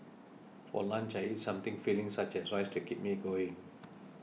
for lunch I eat something filling such as rice to keep me going